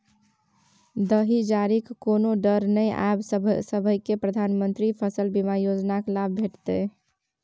दाही जारीक कोनो डर नै आब सभकै प्रधानमंत्री फसल बीमा योजनाक लाभ भेटितै